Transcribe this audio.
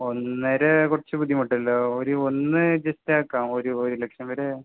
ഒന്നര കുറച്ച് ബുദ്ധിമുട്ടാണല്ലോ ഒരു ഒന്ന് അഡ്ജസ്റ്റ് ആക്കാം ഒരു ഒരു ലക്ഷം വരെ